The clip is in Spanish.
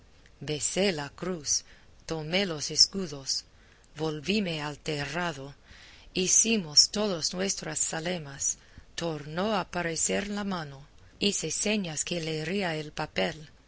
besé la cruz tomé los escudos volvíme al terrado hecimos todos nuestras zalemas tornó a parecer la mano hice señas que leería el papel